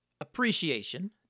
appreciation